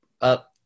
up